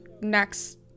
next